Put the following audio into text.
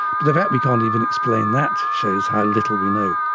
but the fact we can't even explain that shows how little we know.